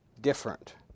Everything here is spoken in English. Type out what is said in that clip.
different